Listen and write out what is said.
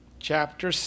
Chapter